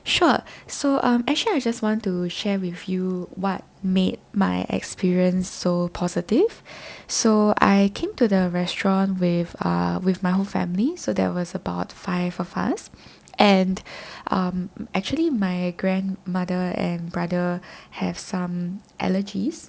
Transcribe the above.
sure so um actually I just want to share with you what made my experience so positive so I came to the restaurant with uh with my whole family so there was about five of us and um mm actually my grandmother and brother have some allergies